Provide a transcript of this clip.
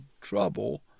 trouble